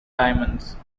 diamonds